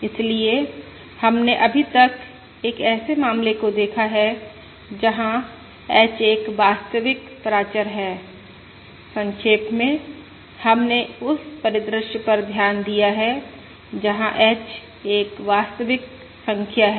इसलिए हमने अभी तक एक ऐसे मामले को देखा है जहां h एक वास्तविक प्राचर है संक्षेप में हमने उस परिदृश्य पर ध्यान दिया है जहां h एक वास्तविक संख्या है